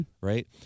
Right